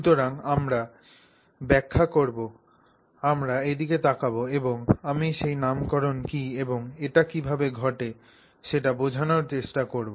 সুতরাং আমরা ব্যাখ্যা করব আমরা এদিকে তাকাব এবং আমি সেই নামকরণ কী এবং এটি কীভাবে ঘটে তা বোঝানোর চেষ্টা করব